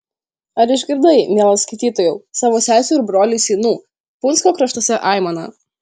ar išgirdai mielas skaitytojau savo sesių ir brolių seinų punsko kraštuose aimaną